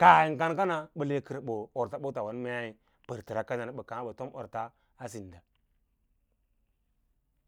kaa yim kan kana ɓə lə kər ortsɓotswwan mein pərtərs kanan ɓə kaã ɓə tom pərts a sinda.